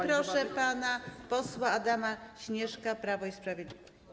Proszę pana posła Adama Śnieżka, Prawo i Sprawiedliwość.